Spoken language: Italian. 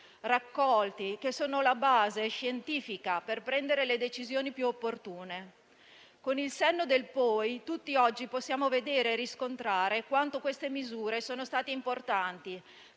raccolti, che sono la base scientifica per prendere le decisioni più opportune. Con il senno del poi, tutti oggi possiamo vedere e riscontrare quanto queste misure siano state importanti